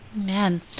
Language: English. Amen